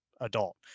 adult